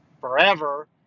forever